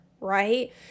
right